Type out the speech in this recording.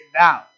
down